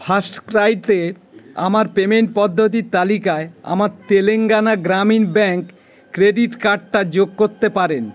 first ক্রাইতে আমার payment পদ্ধতির তালিকায় আমার তেলেঙ্গানা গ্রামীণ ব্যাঙ্ক ক্রেডিট কার্ডটা যোগ করতে পারেন